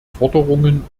forderungen